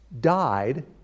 died